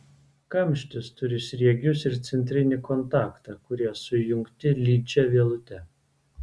kamštis turi sriegius ir centrinį kontaktą kurie sujungti lydžia vielute